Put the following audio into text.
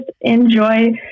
enjoy